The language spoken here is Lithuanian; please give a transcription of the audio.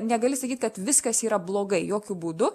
negali sakyt kad viskas yra blogai jokiu būdu